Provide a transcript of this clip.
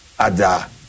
Ada